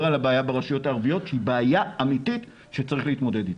על הבעיה ברשויות הערביות שהיא בעיה אמיתית שצריך להתמודד איתה.